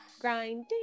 grinding